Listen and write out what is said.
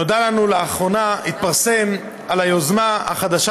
נודע לנו לאחרונה שהתפרסמה היוזמה החדשה